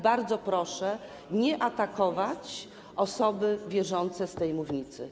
Bardzo proszę nie atakować osoby wierzącej z tej mównicy.